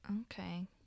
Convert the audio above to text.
Okay